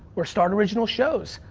or start original shows.